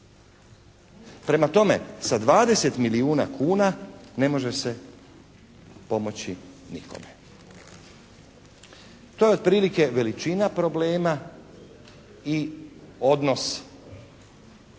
Prema tome, sa 20 milijuna kuna ne može se pomoći nikome. To je otprilike veličina problema i odnos